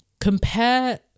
compare